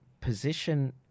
position